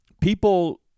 People